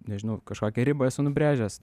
nežinau kažkokią ribą esu nubrėžęs